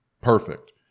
perfect